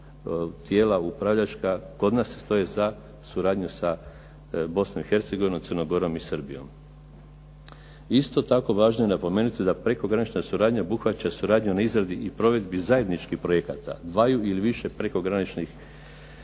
tijela upravljačka, kod nas se stoji za suradnju sa Bosnom i Hercegovinom, Crnom Gorom i Srbijom. Isto tako, važno je napomenuti da prekogranična suradnja obuhvaća suradnju na izradi i provedbi zajedničkih projekata dvaju ili više prekograničnih